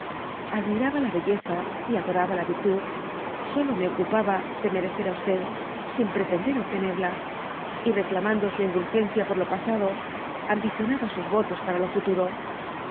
admiraba la belleza y adoraba la virtud solo me ocupaba de merecer á e sin pretender obtenerla y reclamando su indulgencia por lo pasado ambicionaba sus votos para lo futuro